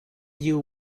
you